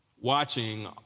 watching